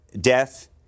death